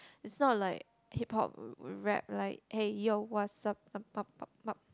it's not like Hip-Hop rap like hey yo what's up